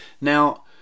Now